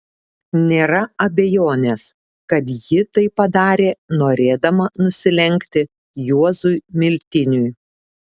nėra abejonės kad ji tai padarė norėdama nusilenkti juozui miltiniui